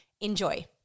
Enjoy